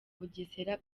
bugesera